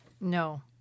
No